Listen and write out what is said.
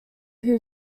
who